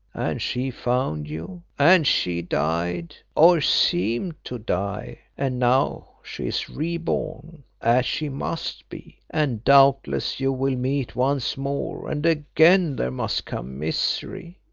and she found you, and she died, or seemed to die, and now she is re-born, as she must be, and doubtless you will meet once more, and again there must come misery.